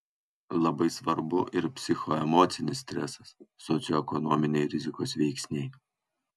labai svarbu ir psichoemocinis stresas socioekonominiai rizikos veiksniai